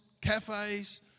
cafes